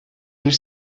bir